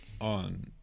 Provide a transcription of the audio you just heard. on